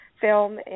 film